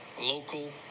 local